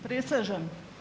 Prisežem.